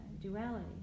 duality